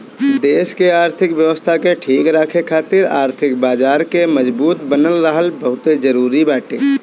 देस के आर्थिक व्यवस्था के ठीक राखे खातिर आर्थिक बाजार के मजबूत बनल रहल बहुते जरुरी बाटे